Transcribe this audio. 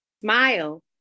Smile